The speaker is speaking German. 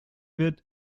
wird